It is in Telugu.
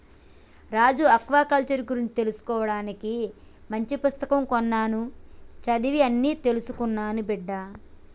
రాజు ఆక్వాకల్చర్ గురించి తెలుసుకోవానికి మంచి పుస్తకం కొన్నాను చదివి అన్ని తెలుసుకో బిడ్డా